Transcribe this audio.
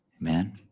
Amen